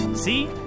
See